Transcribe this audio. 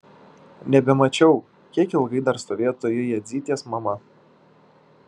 nebemačiau kiek ilgai dar stovėjo toji jadzytės mama